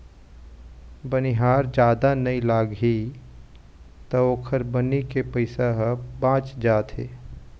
बनिहार जादा नइ लागही त ओखर बनी के पइसा ह बाच जाथे